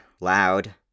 loud